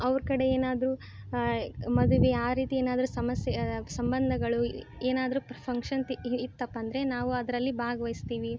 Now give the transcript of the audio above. ಅವ್ರ ಕಡೆ ಏನಾದರೂ ಮದುವೆ ಆ ರೀತಿ ಏನಾದರೂ ಸಮಸ್ಯೆ ಸಂಬಂಧಗಳು ಏನಾದರೂ ಫಂಕ್ಷನ್ತಿ ಇತ್ತಪ್ಪ ಅಂದರೆ ನಾವು ಅದರಲ್ಲಿ ಭಾಗವಹಿಸ್ತೀವಿ